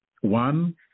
One